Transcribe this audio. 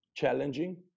Challenging